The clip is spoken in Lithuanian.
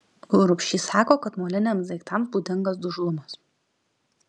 rubšys sako kad moliniams daiktams būdingas dužlumas